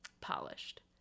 polished